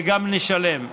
וגם נשלם.